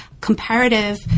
comparative